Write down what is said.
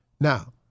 Now